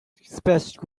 splashed